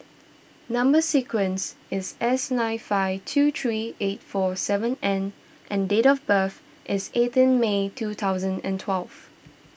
Number Sequence is S nine five two three eight four seven N and date of birth is eighteen May two thousand and twelve